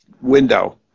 window